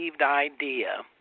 idea